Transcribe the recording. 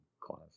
class